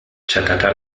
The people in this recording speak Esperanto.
ŝatata